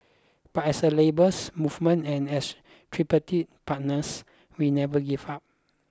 but as a labours movement and as tripartite partners we never give up